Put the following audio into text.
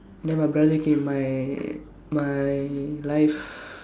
then my brother came my my life